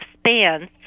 spans